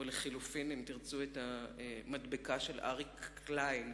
או לחלופין המדבקה של אריק קליין,